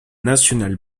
nationale